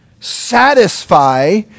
satisfy